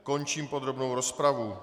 Končím podrobnou rozpravu.